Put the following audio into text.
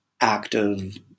active